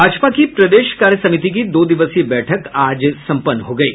भाजपा की प्रदेश कार्य समिति की दो दिवसीय बैठक आज संपन्न हो गयी